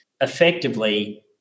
effectively